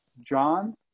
John